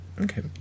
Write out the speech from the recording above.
Okay